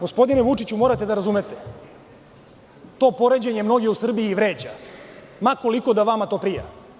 Gospodine Vučiću morate da razumete, to poređenje mnoge u Srbiji vređa, ma koliko da vama to prija.